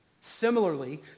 Similarly